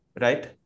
right